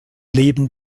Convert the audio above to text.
leben